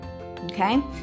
okay